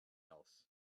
else